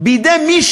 בידי מי,